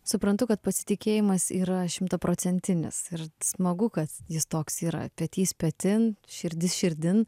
suprantu kad pasitikėjimas yra šimtaprocentinis ir smagu kad jis toks yra petys petin širdis širdin